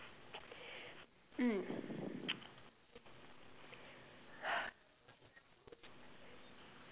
mm